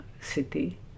city